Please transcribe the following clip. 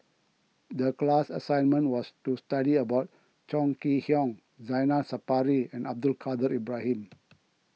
the class assignment was to study about Chong Kee Hiong Zainal Sapari and Abdul Kadir Ibrahim